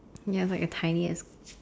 ya it's like a tiny ass